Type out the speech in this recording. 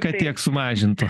kad tiek sumažintų